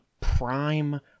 prime